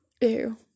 ew